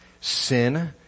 sin